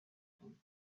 him